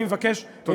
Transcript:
אני מבקש, תודה.